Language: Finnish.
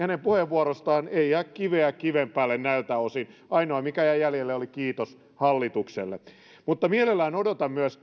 puheenvuorosta ei jää kiveä kiven päälle näiltä osin ainoa mikä jäi jäljelle oli kiitos hallitukselle mutta mielelläni odotan myös